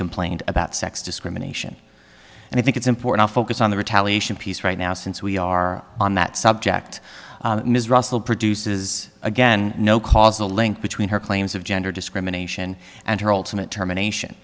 complained about sex discrimination and i think it's important focus on the retaliation piece right now since we are on that subject ms russell produces again no causal link between her claims of gender discrimination and her alternate termination